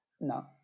no